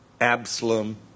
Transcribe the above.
Absalom